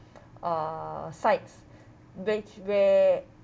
uh sites which where